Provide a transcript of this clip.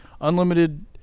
Unlimited